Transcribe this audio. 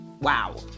wow